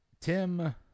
Tim